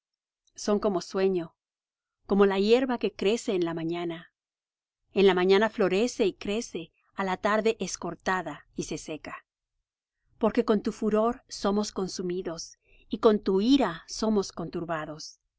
son como sueño como la hierba que crece en la mañana en la mañana florece y crece a la tarde es cortada y se seca porque con tu furor somos consumidos y con tu ira somos